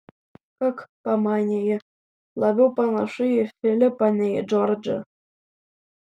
ak pamanė ji labiau panašu į filipą nei į džordžą